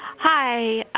hi.